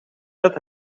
dat